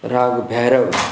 राग भैरव